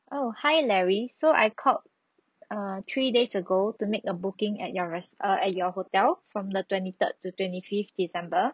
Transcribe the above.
oh hi larry so I called err three days ago to make a booking at your rest~ err at your hotel from the twenty third to twenty fifth december